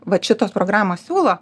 vat šitos programos siūlo